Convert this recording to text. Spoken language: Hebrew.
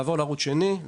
לעבור לערוץ שני,